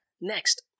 Next